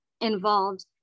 involved